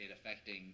affecting